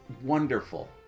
wonderful